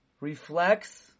reflects